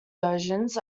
versions